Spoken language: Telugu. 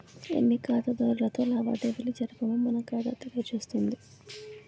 ఎన్ని ఖాతాదారులతో లావాదేవీలు జరిపామో మన ఖాతా తెలియజేస్తుంది